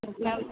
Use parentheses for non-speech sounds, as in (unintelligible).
(unintelligible) ma'am